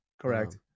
Correct